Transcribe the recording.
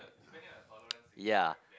yeah